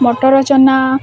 ମଟର ଚନା